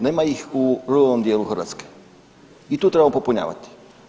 Nema ih u ruralnom dijelu Hrvatske i tu trebamo popunjavati.